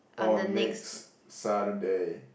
on next Saturday